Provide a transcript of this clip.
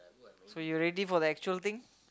so you ready for the actual thing